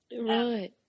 Right